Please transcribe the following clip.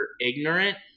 ignorant